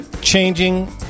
changing